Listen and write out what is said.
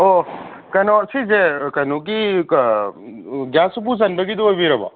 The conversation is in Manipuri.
ꯑꯣ ꯀꯩꯅꯣ ꯁꯤꯖꯦ ꯀꯩꯅꯣꯒꯤ ꯒ꯭ꯌꯥꯁ ꯎꯄꯨ ꯆꯟꯕꯒꯤꯗꯣ ꯑꯣꯏꯕꯤꯔꯕꯣ